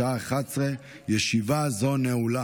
של חבר הכנסת יוסף טייב